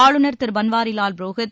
ஆளுநர் திரு பன்வாரிலால் புரோஹித்